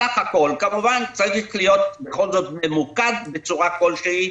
בסך הכול כמובן צריכים להיות בכל זאת ממוקדים בצורה כלשהי